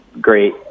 great